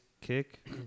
kick